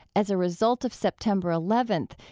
as a result of september eleventh,